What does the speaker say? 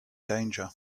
danger